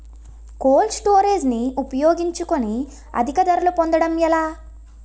Cold storage ని ఉపయోగించుకొని అధిక ధరలు పొందడం ఎలా?